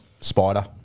Spider